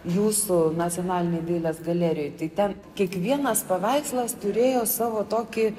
jūsų nacionalinėj dailės galerijoj tai ten kiekvienas paveikslas turėjo savo tokį